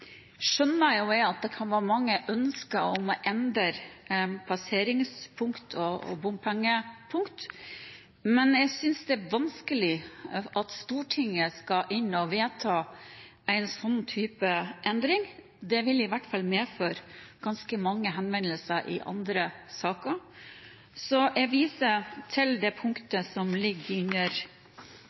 Jeg skjønner at det kan være mange ønsker om å endre passeringspunkt og bompengepunkt, men jeg synes det er vanskelig at Stortinget skal inn og vedta den typen endring. Det vil i hvert fall medføre ganske mange henvendelser i andre saker. Så jeg viser til det punktet som ligger under